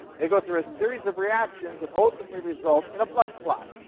they go through a series of reactions that ultimately result in a blood clot.